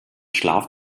schlaf